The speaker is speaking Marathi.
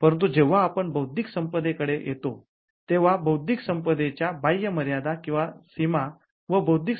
परंतु जेव्हा आपण बौद्धिक संपदेकडे येतो तेव्हा बौद्धिक संपदेच्या बाह्य मर्यादा किंवा सीमा व बौद्धिक